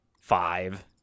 five